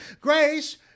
Grace